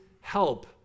help